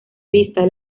vista